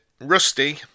Rusty